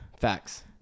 Facts